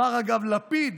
אגב, אמר לפיד,